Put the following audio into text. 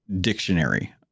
dictionary